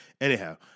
Anyhow